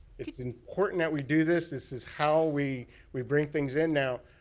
it's important that we do this. this is how we we bring things in. now,